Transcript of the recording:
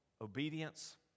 obedience